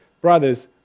brothers